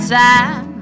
time